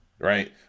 right